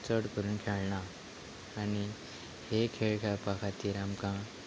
चड करून खेळना आनी हे खेळ खेळपा खातीर आमकां